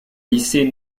lycée